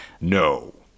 No